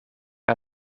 aan